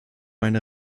meine